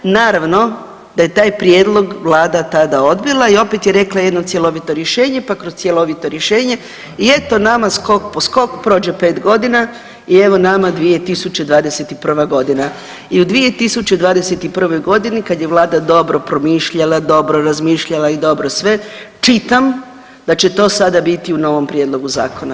Naravno da je taj prijedlog vlada tada odbila i opet je rekla jedno cjelovito rješenje pa kroz cjelovito rješenje i eto nama skok po skok prođe pet godina i evo nama 2021.g. i u 2021.g. kada je vlada dobro promišljala, dobro razmišljala i dobro sve, čitam da će to sada biti u novom prijedlogu zakona.